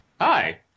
Hi